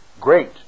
Great